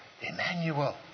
Emmanuel